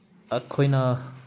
ꯑꯩꯈꯣꯏꯅ